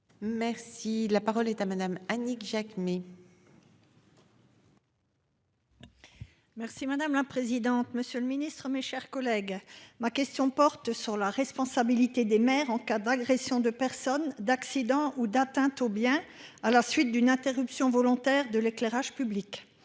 Merci la parole est à madame Annick Jacquemet. Merci madame la présidente. Monsieur le Ministre, mes chers collègues, ma question porte sur la responsabilité des maires en cas d'agression, de personnes d'accident ou d'atteintes aux biens, à la suite d'une interruption volontaire de l'éclairage public.